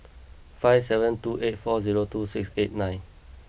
five seven two eight four zero two six eight nine